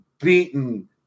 beaten